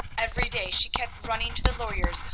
every day she kept running to the lawyers,